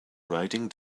riding